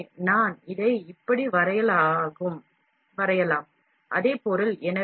எனவே நான் இதை இப்படி வரையலாம் அதே பொருள்